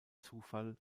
zufall